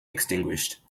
extinguished